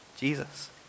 Jesus